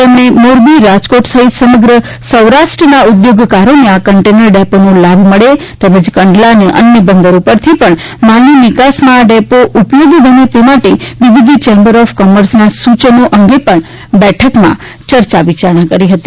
તેમણે મોરબી રાજકોટ સહિત સમગ્ર સૌરાષ્ટ્રના ઉધોગકારોને આ કન્ટેનર ડેપોનો લાભ મળે તેમજ કંડલા અને અન્ય બંદરો પરથી પણ માલની નિકાસમા આ ડેપો ઉપયોગી થાય તે માટે વિવિધ ચેમ્બર ઓફ કોમર્સના સૂચનો અંગે પણ બેઠકમાં ચર્ચા વિયારણા કરી હતી